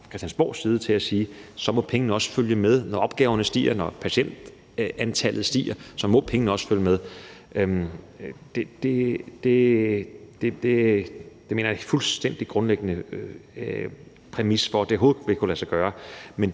Christiansborgs side til at sige, at så må pengene også følge med. Når antallet af opgaver stiger, når patientantallet stiger, må pengene også følge med. Det mener jeg er en fuldstændig grundlæggende præmis for, at det overhovedet vil kunne lade sig gøre.